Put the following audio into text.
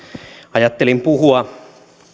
ajattelin puhua